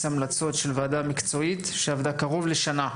המלצות של ועדה מקצועית שעבדה קרוב לשנה,